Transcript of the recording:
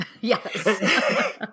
Yes